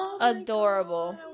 adorable